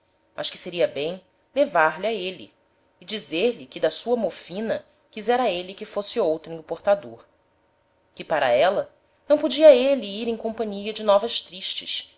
mas que seria bem levar lha êle e dizer-lhe que da sua mofina quisera êle que fosse outrem o portador que para éla não podia êle ir em companhia de novas tristes